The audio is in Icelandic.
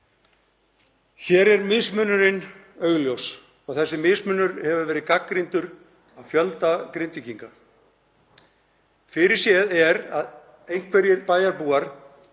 Hér er mismunurinn augljós og þessi mismunur hefur verið gagnrýndur af fjölda Grindvíkinga. Fyrirséð er að einhverjir bæjarbúar